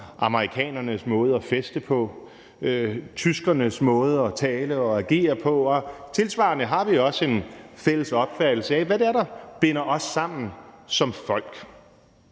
amerikanernes måde at feste på, tyskernes måde at tale og agere på. Og tilsvarende har vi også en fælles opfattelse af, hvad det er, der binder os sammen som folk.